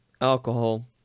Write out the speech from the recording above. alcohol